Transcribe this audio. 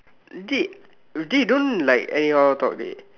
dey dey don't like anyhow talk dey